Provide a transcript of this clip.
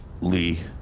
Lee